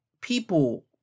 people